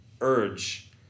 urge